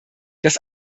das